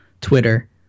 Twitter